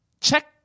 Check